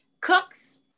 cooks